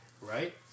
right